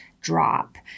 drop